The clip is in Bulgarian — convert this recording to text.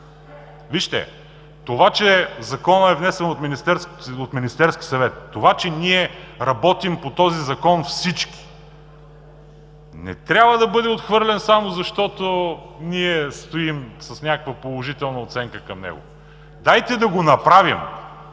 БСП. Това че Законът е внесен от Министерския съвет, това, че ние работим по този Закон всички, не трябва да бъде отхвърлен, само защото ние стоим с някаква положителна оценка към него. Дайте да го направим,